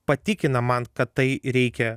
patikina man kad tai reikia